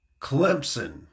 Clemson